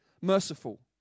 merciful